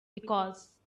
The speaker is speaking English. because